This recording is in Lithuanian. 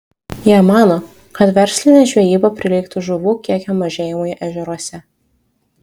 jie mano kad verslinė žvejyba prilygtų žuvų kiekio mažėjimui ežeruose